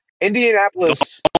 Indianapolis